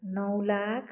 नौ लाख